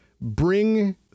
bring